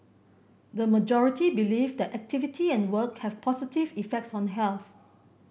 the majority believe that activity and work have positive effects on health